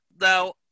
Now